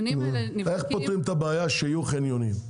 איך פותרים את הבעיה ככה שיהיו חניונים?